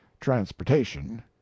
transportation